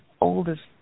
oldest